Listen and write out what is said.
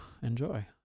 Enjoy